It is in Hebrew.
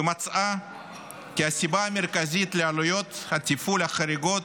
ומצאה כי הסיבה המרכזית לעלויות התפעול החריגות